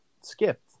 skipped